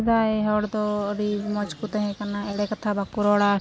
ᱥᱮᱫᱟᱭ ᱦᱚᱲᱫᱚ ᱟᱹᱰᱤ ᱢᱚᱡᱽᱠᱚ ᱛᱟᱦᱮᱸᱠᱟᱱᱟ ᱮᱲᱮ ᱠᱟᱛᱷᱟ ᱵᱟᱠᱚ ᱨᱚᱲᱟ